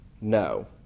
No